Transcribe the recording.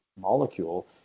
molecule